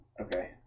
okay